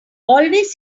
always